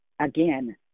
again